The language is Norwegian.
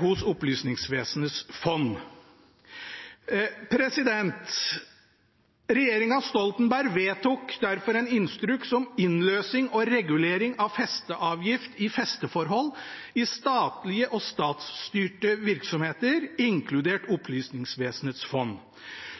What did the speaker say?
hos Opplysningsvesenets fond. Regjeringen Stoltenberg vedtok derfor en instruks om innløsning og regulering av festeavgift i festeforhold i statlige og statsstyrte virksomheter, inkludert Opplysningsvesenets fond.